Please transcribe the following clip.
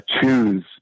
choose